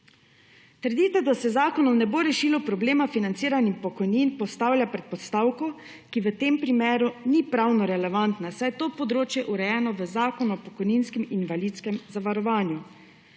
Trditev, da se z zakonom ne bo rešilo problema financiranja pokojnin postavlja predpostavko, ki v tem primeru ni pravno relevantna, saj je to področje urejeno v zakonu o pokojninskem in invalidskem zavarovanju.